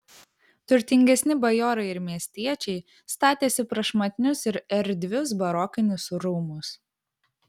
turtingesni bajorai ir miestiečiai statėsi prašmatnius ir erdvius barokinius rūmus